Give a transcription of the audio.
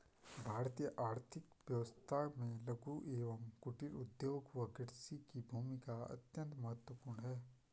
भारतीय आर्थिक व्यवस्था में लघु एवं कुटीर उद्योग व कृषि की भूमिका अत्यंत महत्वपूर्ण है